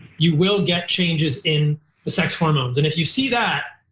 you will get changes in the sex hormones and if you see that,